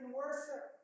worship